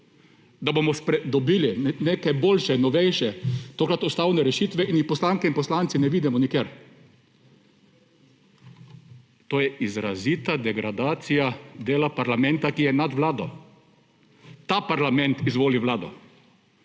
da bomo dobili neke boljše, novejše, tokrat ustavne rešitve, in jih poslanke in poslanci ne vidimo nikjer. To je izrazita degradacija dela parlamenta, ki je nad vlado! Ta parlament izvoli vlado,